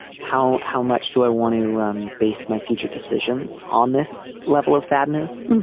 how how much do i want to um base my future decisions on this level of sadness.